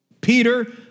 Peter